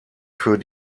für